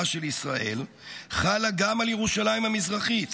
של ישראל חלה גם על ירושלים המזרחית